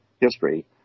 history